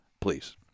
Please